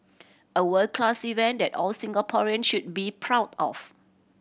a world class event that all Singaporean should be proud of